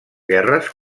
guerres